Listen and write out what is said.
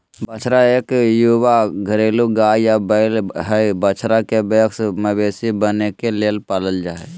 बछड़ा इक युवा घरेलू गाय या बैल हई, बछड़ा के वयस्क मवेशी बने के लेल पालल जा हई